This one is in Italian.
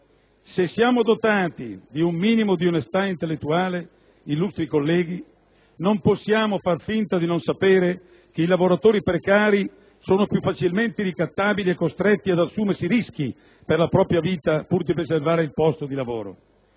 Se siamo dotati di un minimo di onestà intellettuale, illustri colleghi, non possiamo far finta di non sapere che i lavoratori precari sono più facilmente ricattabili e costretti ad assumersi rischi nella propria vita, pur di preservare il posto di lavoro.